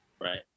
right